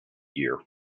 year